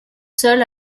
seul